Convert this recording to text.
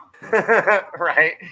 Right